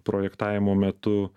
projektavimo metu